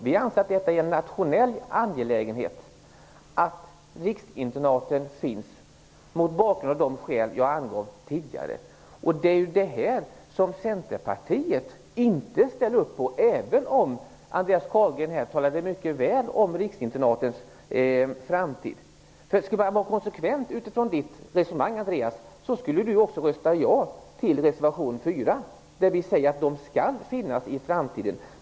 Vi anser att det är en nationell angelägenhet att riksinternaten finns av de skäl jag angav tidigare. Det är det här som Centerpartiet inte ställer upp på, även om Andreas Carlgren talade mycket väl om riksinternatens framtid. Skall Andreas Carlgren vara konsekvent utifrån sitt resonemang borde han också rösta ja till reservation 4, där vi säger att riksinternaten skall finnas i framtiden.